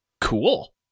Cool